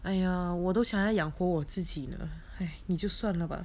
!aiya! 我都想要养活我自己呢 !aiya! 你就算了吧